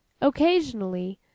Occasionally